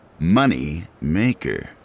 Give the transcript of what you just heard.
moneymaker